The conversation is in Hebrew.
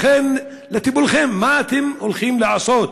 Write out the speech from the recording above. לכן, לטיפולכם: מה אתם הולכים לעשות?